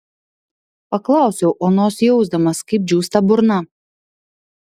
paklausiau onos jausdamas kaip džiūsta burna